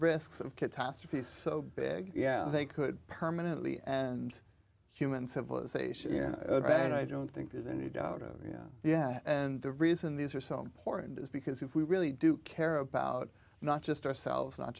risks of catastrophes so big yeah they could permanently and human civilization and i don't think there's any doubt oh yeah and the reason these are so important is because if we really do care about not just ourselves not